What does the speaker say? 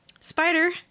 spider